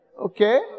Okay